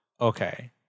Okay